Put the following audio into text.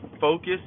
focus